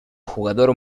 jugador